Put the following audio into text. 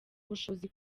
ubushobozi